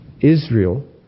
Israel